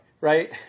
right